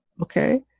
okay